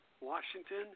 Washington